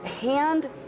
hand